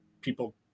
people